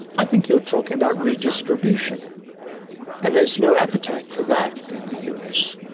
i think you are talking about redistribution and there is no appetite for that in the us.